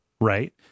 right